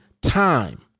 time